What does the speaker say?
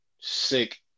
sick